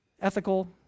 ethical